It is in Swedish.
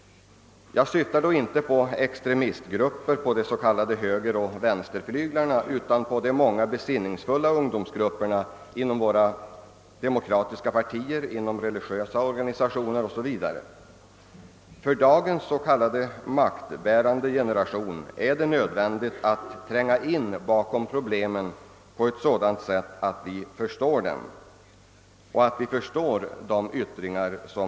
Jag syftar nu inte på extremistgrupper på de s.k. högeroch vänsterflyglarna utan på de många grupperna av besinningsfulla ungdomar inom våra demokratiska partier, inom religiösa organisationer o.s.v. För dagens s.k. maktbärande generation är det nödvändigt att tränga bakom problemen på ett sådant sätt att vi förstår dem och deras yttringar.